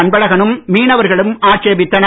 அன்பழகனும் மீனவர்களும் ஆட்சேபித்தனர்